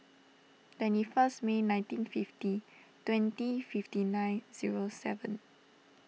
twenty first May nineteen fifty twenty fifty nine zero seven